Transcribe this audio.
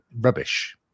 rubbish